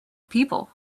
people